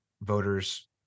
voters